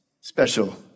special